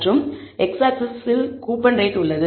மற்றும் x ஆக்ஸிஸ்ஸில் coupon rate உள்ளது